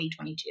2022